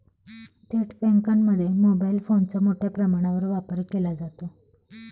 थेट बँकांमध्ये मोबाईल फोनचा मोठ्या प्रमाणावर वापर केला जातो